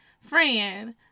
friend